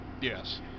Yes